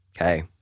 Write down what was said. okay